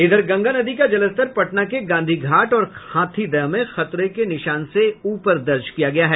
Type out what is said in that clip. इधर गंगा नदी का जलस्तर पटना के गांधी घाट और हाथीदह में खतरे के निशान से ऊपर दर्ज किया गया है